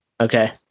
Okay